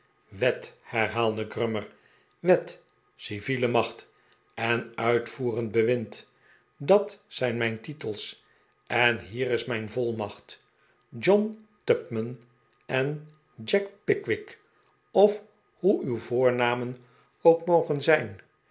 wet herhaalde grummer wet civiele macht en uitvoerend bewind dat zijn mijn titels en hier is mijn volmacht john tupman en jack pickwick of hoe uw voornamen ook mogen zijn